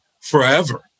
forever